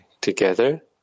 together